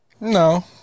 No